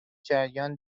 جریان